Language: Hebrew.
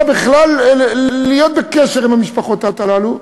בכלל להיות בקשר עם המשפחות הללו.